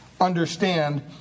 understand